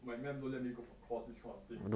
my ma'am don't let me go for course this kind of thing